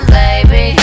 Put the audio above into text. baby